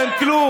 מספיק כבר.